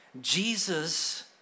Jesus